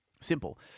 Simple